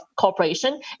corporation